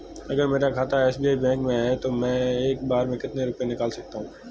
अगर मेरा खाता एस.बी.आई बैंक में है तो मैं एक बार में कितने रुपए निकाल सकता हूँ?